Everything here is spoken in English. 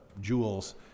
jewels